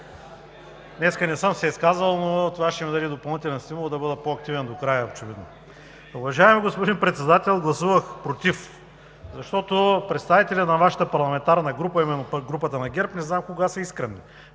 Днес не съм се изказвал, но това ще ми даде допълнителен стимул да бъда по-активен до края, очевидно. Уважаеми господин Председател, гласувах „против“, защото представители на Вашата парламентарна група, именно групата на ГЕРБ, не знам кога са искрени